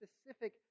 specific